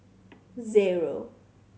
zero